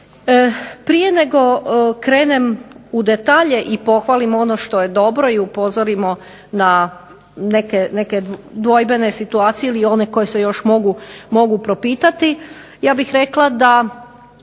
Prije nego krenem u detalje i pohvalim ono što je dobro i upozorimo na neke dvojbene situacije ili one koje se još mogu propitati ja bih rekla da